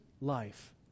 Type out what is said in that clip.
life